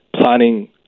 planning